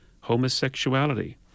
homosexuality